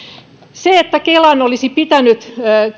sille että kelan olisi pitänyt